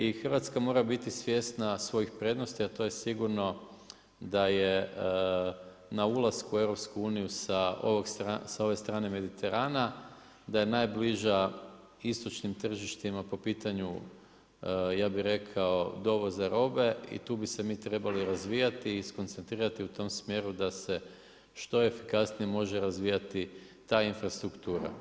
I Hrvatska mora biti svjesna svojih prednosti, a to je sigurno da je na ulasku u EU sa one strane Mediterana, da je najbliža istočnim tržištima, po pitanju, ja bi rekao, dovoza robe i tu bi se mi trebali razvijati i skoncentrirati u tom smjeru da se što efikasnije može razvijati ta infrastruktura.